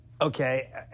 Okay